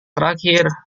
terakhir